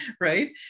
right